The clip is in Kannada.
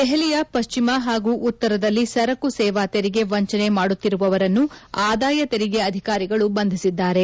ದೆಹಲಿಯ ಪಶ್ಚಿಮ ಹಾಗೂ ಉತ್ತರದಲ್ಲಿ ಸರಕು ಸೇವಾ ತೆರಿಗೆ ವಂಚನೆ ಮಾಡುತ್ತಿರುವವರನ್ನು ಆದಾಯ ತೆರಿಗೆ ಅಧಿಕಾರಿಗಳು ಬಂಧಿಸಿದ್ದಾರೆ